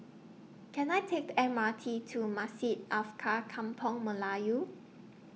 Can I Take The M R T to Masjid Kampung Melayu